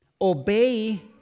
Obey